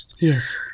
Yes